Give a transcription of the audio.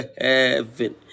heaven